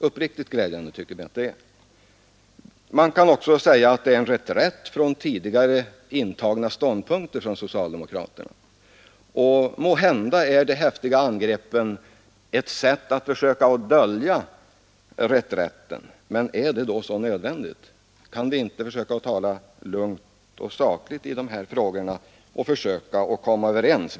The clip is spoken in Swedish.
Jag kan också säga att detta innebär en reträtt av socialdemokraterna från tidigare intagna ståndpunkter. Måhända är de häftiga angreppen ett sätt att försöka dölja reträtten. Men är det då så nödvändigt? Kan vi inte försöka tala lugnt och sakligt i dessa frågor och försöka komma överens?